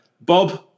Bob